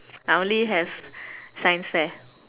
I only have science fair